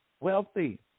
wealthy